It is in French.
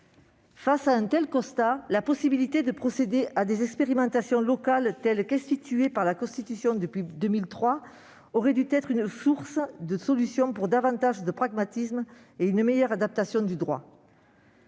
Face à un tel constat, la possibilité de procéder à des expérimentations locales telles que permises par la Constitution depuis 2003 aurait dû être une source de solutions pour davantage de pragmatisme et une meilleure adaptation du droit.